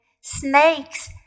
Snakes